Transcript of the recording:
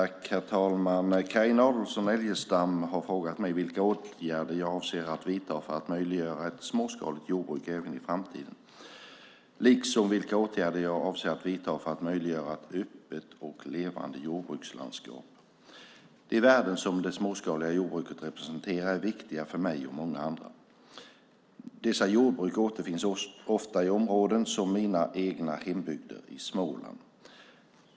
Herr talman! Carina Adolfsson Elgestam har frågat mig vilka åtgärder jag avser att vidta för att möjliggöra ett småskaligt jordbruk även i framtiden liksom vilka åtgärder jag avser att vidta för att möjliggöra ett öppet och levande jordbrukslandskap. De värden som det småskaliga jordbruket representerar är viktiga för mig och många andra. Dessa jordbruk återfinns ofta i områden som mina egna hemtrakter i Småland.